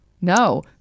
no